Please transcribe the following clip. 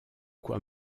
quoi